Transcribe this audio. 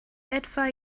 etwa